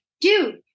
dude